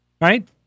Right